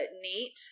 neat